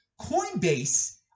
Coinbase